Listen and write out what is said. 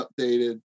updated